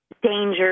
danger